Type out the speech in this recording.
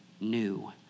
new